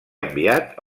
enviat